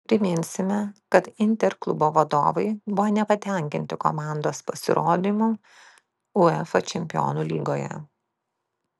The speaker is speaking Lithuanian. priminsime kad inter klubo vadovai buvo nepatenkinti komandos pasirodymu uefa čempionų lygoje